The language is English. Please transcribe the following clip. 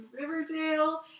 Riverdale